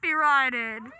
copyrighted